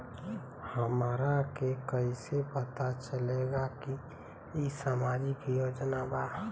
हमरा के कइसे पता चलेगा की इ सामाजिक योजना बा?